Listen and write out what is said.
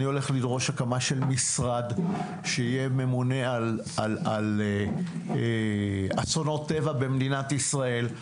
אני הולך לדרוש הקמה של משרד שיהיה ממונה על אסונות טבע במדינת ישראל.